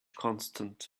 constant